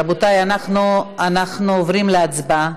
רבותי, אנחנו עוברים להצבעה.